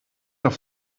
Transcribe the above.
doch